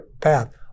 path